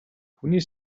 хүний